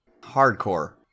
hardcore